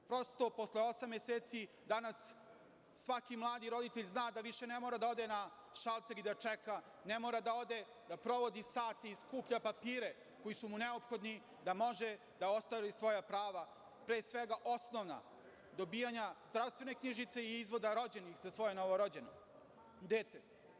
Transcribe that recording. Prosto, posle osam meseci, danas svaki mladi roditelj zna da više ne mora da ode na šalter i da čeka, ne mora da ode da provodi sate i skuplja papire koji su mu neophodni da može da ostvari svoja prava, pre svega osnovna, dobijanja zdravstvene knjižice i izvoda rođenih za svoje novorođeno dete.